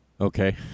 Okay